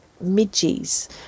midges